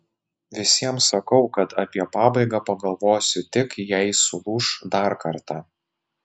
visiems sakau kad apie pabaigą pagalvosiu tik jei sulūš dar kartą